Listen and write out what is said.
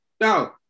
no